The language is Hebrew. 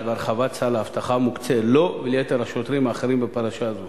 והרחבת סל האבטחה המוקצה לו וליתר השוטרים בפרשה זאת.